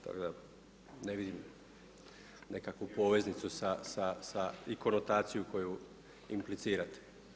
Tako da ne vidim nekakvu poveznicu i konotaciju koju implicirate.